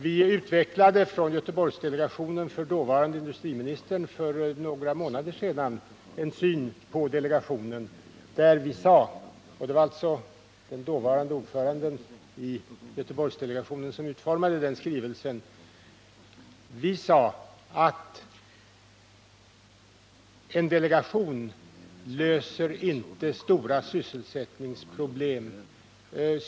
Vi utvecklade från Göteborgsdelegationen för några månader sedan inför dåvarande industriministern en syn på delegationen, där vi sade — det var alltså den dåvarande ordföranden i delegationen som utformade den skrivelsen — att en delegation löser inte stora sysselsättningsproblem.